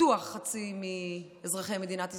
בטוח חצי מאזרחי מדינת ישראל,